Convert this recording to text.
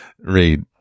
read